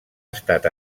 estat